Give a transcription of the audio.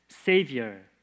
Savior